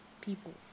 people